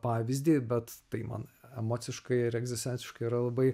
pavyzdį bet tai man emociškai ir egzistenciškai yra labai